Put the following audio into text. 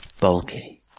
bulky